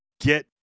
get